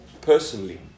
personally